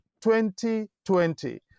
2020